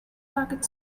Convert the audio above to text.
racket